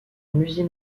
musée